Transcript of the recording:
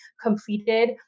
completed